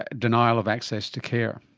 ah denial of access to care.